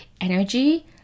energy